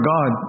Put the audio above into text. God